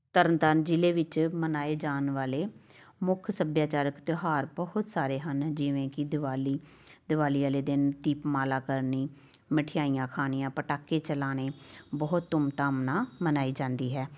ਤਰਨ ਤਾਰਨ ਜ਼ਿਲ੍ਹੇ ਵਿੱਚ ਮਨਾਏ ਜਾਣ ਵਾਲੇ ਮੁੱਖ ਸੱਭਿਆਚਾਰਕ ਤਿਉਹਾਰ ਬਹੁਤ ਸਾਰੇ ਹਨ ਜਿਵੇਂ ਕਿ ਦਿਵਾਲੀ ਦਿਵਾਲੀ ਵਾਲੇ ਦਿਨ ਦੀਪਮਾਲਾ ਕਰਨੀ ਮਠਿਆਈਆਂ ਖਾਣੀਆਂ ਪਟਾਕੇ ਚਲਾਉਣੇ ਬਹੁਤ ਧੂਮ ਧਾਮ ਨਾਲ ਮਨਾਈ ਜਾਂਦੀ ਹੈ